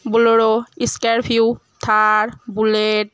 bolero scorpio Thar bullet